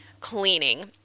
cleaning